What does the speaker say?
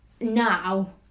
now